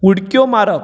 उडक्यो मारप